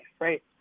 right